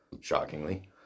shockingly